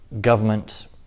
government